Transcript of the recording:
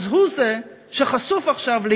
אז הוא שחשוף עכשיו לאיומים.